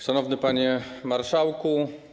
Szanowny Panie Marszałku!